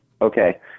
Okay